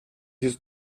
his